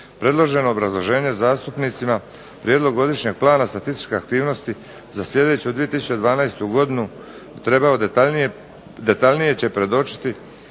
predloženo obrazloženje zastupnicima prijedlog godišnjeg plana statističke aktivnosti za sljedeću 2012. godinu detaljnije će predočiti